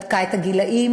בדקה את הגילים,